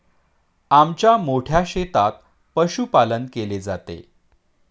आमच्या मोठ्या शेतात पशुपालन केले जाते